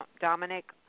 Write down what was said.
Dominic